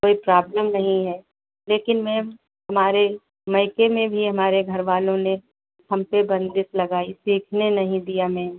कोई प्रॉब्लम नहीं है लेकिन मेम हमारे मायके में भी हमारे घरवालों ने हम पर बंदिश लगाई सीखने नहीं दिया मेम